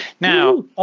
Now